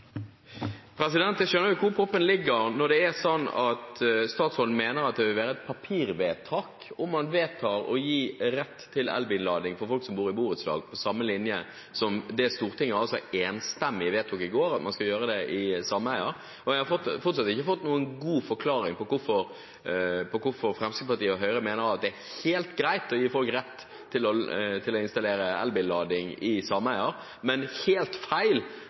er slik at statsråden mener at det vil være et papirvedtak om man vedtar å gi rett til elbillading til folk som bor i borettslag, på samme linje som det Stortinget enstemmig vedtok i går, nemlig at man skal gjøre det i sameier. Jeg har fortsatt ikke fått noen god forklaring på hvorfor Fremskrittspartiet og Høyre mener at det er helt greit å gi folk rett til å installere elbillading i sameier, men helt feil å gi folk rett til å installere elbillading i